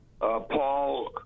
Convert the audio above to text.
Paul